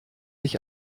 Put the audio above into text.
ich